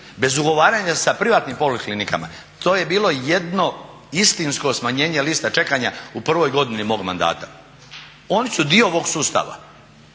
Bez ugovaranja sa privatnim poliklinikama to je bilo jedno istinsko smanjenje lista čekanja u prvoj godini mog mandata. Oni su dio ovog sustava.